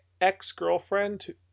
ex-girlfriend